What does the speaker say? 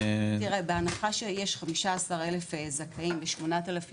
תראה בהנחה שיש כ-15,000 זכאים וכ-8,000